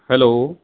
hello